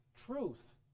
truth